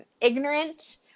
ignorant